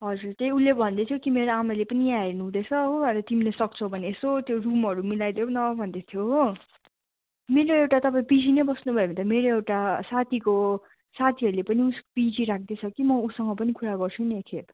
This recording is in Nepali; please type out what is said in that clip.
हजुर त्यही उसले भन्दै थियो कि मेरो आमाले पनि यहाँ हेर्नु हुँदैछ हो तिमीले सक्छौ भने यसो त्यो रूमहरू मिलाइदेउ न भन्दै थियो हो मेरो एउटा तपाईँ पिजी नै बस्नु भयो भने त मेरो एउटा साथीको साथीहरूले पनि पिजी राख्दैछ कि म उसँग पनि कुरा गर्छु नि एकखेप